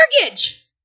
mortgage